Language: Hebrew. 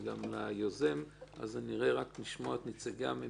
וליוזם נשמע את נציגי הממשלה,